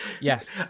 Yes